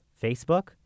Facebook